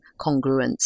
congruence